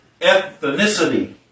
ethnicity